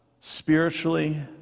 spiritually